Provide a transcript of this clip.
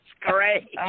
great